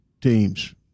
teams